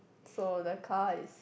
so the car is